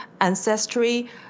ancestry